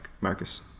Marcus